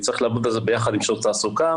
צריך לעבוד על זה יחד עם שירות התעסוקה,